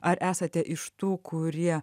ar esate iš tų kurie